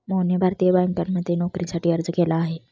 मोहनने भारतीय बँकांमध्ये नोकरीसाठी अर्ज केला आहे